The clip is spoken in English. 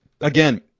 again